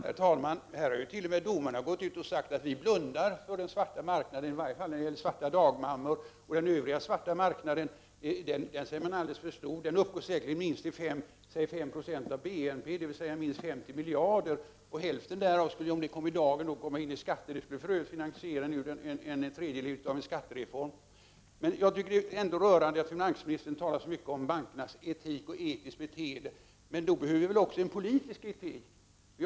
Herr talman! T.o.m. domare har gått ut och sagt att de blundar för den svarta marknaden, i varje fall när det gäller svarta dagmammor. Den övriga delen av svarta marknaden säger man är alldeles för stor. Den uppgår säkerligen till minst 5 96 av BNP, dvs. minst 50 miljarder kronor. Om denna andel kom i dagen skulle hälften därav beskattas och kunna finansiera en tredjedel av en skattereform. Det är rörande att finansministern talar så mycket om bankernas etik och etiskt beteende. Då behövs väl också en politisk etik.